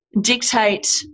dictate